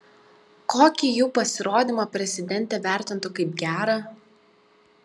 kokį jų pasirodymą prezidentė vertintų kaip gerą